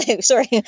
Sorry